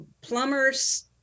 Plumbers